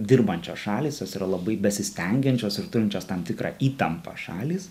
dirbančios šalys jos yra labai besistengiančios ir turinčios tam tikrą įtampą šalys